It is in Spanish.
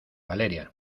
valeria